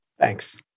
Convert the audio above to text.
Thanks